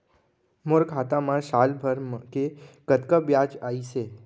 मोर खाता मा साल भर के कतका बियाज अइसे?